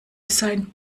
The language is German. sein